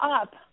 up